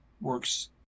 works